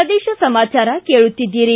ಪ್ರದೇಶ ಸಮಾಚಾರ ಕೇಳುತ್ತೀದ್ದಿರಿ